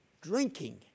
Drinking